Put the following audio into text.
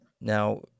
Now